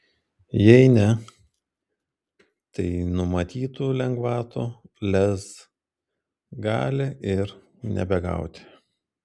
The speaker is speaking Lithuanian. jei ne tai numatytų lengvatų lez gali ir nebegauti